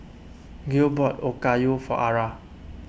Gil bought Okayu for Ara